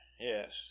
yes